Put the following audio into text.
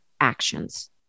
actions